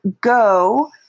go